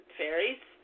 fairies